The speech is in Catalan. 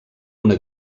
una